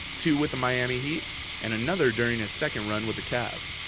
two with the miami heat and another during his second run with the cavs.